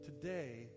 Today